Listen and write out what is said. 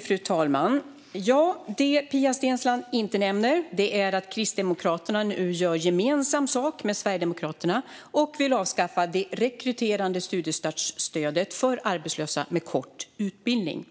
Fru talman! Det Pia Steensland inte nämner är att Kristdemokraterna nu gör gemensam sak med Sverigedemokraterna och vill avskaffa det rekryterande studiestartsstödet för arbetslösa med kort utbildning.